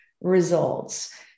results